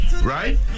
right